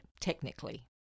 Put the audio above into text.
technically